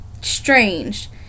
strange